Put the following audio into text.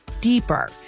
deeper